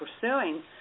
pursuing